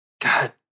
God